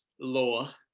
law